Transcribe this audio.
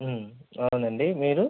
అవునండి మీరు